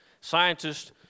Scientists